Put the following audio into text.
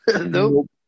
Nope